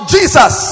Jesus